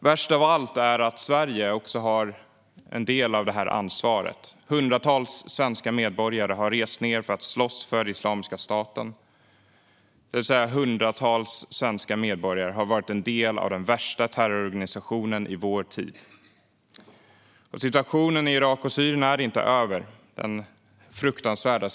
Värst av allt är att Sverige har en del av ansvaret för det här. Hundratals svenska medborgare har rest ned för att slåss för Islamiska staten, det vill säga hundratals svenska medborgare har varit del av den värsta terrororganisationen i vår tid. Den fruktansvärda situationen i Irak och Syrien är inte över.